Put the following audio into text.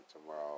tomorrow